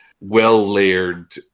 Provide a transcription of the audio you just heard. well-layered